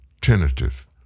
tentative